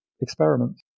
experiments